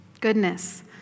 Goodness